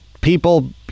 people